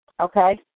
okay